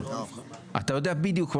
אתה יודע בדיוק,